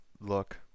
look